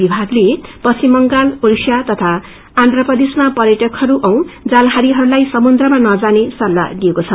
विभागले पश्चिम बांगल ओड़िसा तथा आन्धप्रदेशमा पर्यटकहरू औ जालहारीहरूलाई समुन्द्रमा नजाने सल्लाह दिएको छ